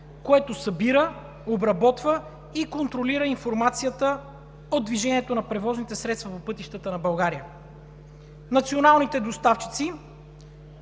което събира, обработва и контролира информацията от движението на превозните средства по пътищата на България? Националните доставчици